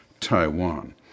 Taiwan